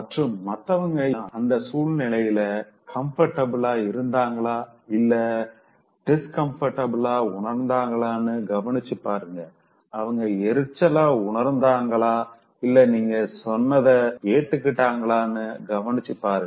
மற்றும் மத்தவங்க அந்த சூழ்நிலையில கம்ஃபர்டபிலா இருந்தாங்களா இல்ல டிஸ் கம்ஃபர்டபிலா உணர்ந்துங்களானு கவனிச்சு பாருங்கஅவங்க எரிச்சலா உணர்ந்தாங்கலா இல்ல நீங்க சொன்னத ஏத்துக்கிட்டாங்களானு கவனிச்சு பாருங்க